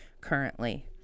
currently